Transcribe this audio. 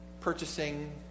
purchasing